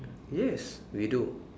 yes we do